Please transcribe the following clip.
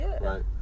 right